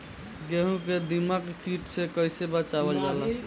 गेहूँ को दिमक किट से कइसे बचावल जाला?